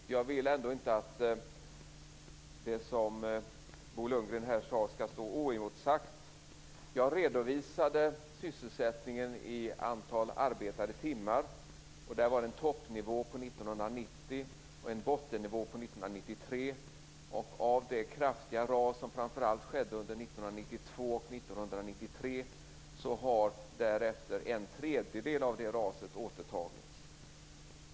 Fru talman! Jag vill ändå inte att det som Bo Lundgren sade skall stå oemotsagt. Jag redovisade sysselsättningen i antalet arbetade timmar. Där var det en toppnivå 1990 och en bottennivå 1993. Av det kraftiga ras som skedde, framför allt under 1992 och 1993, har därefter en tredjedel återtagits.